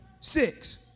Six